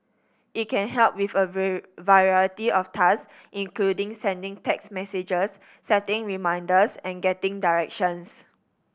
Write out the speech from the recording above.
it can help with a very variety of tasks including sending text messages setting reminders and getting directions